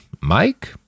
Mike